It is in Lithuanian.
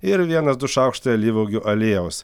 ir vienas du šaukštai alyvuogių aliejaus